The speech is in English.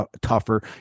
tougher